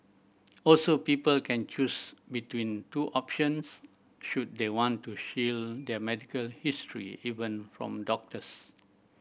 also people can choose between two options should they want to shield their medical history even from doctors